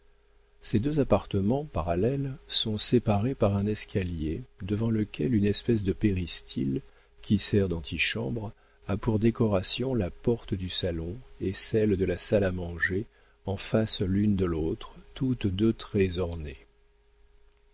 ces deux appartements parallèles sont séparés par un escalier devant lequel une espèce de péristyle qui sert d'antichambre a pour décoration la porte du salon et celle de la salle à manger en face l'une l'autre toutes deux très ornées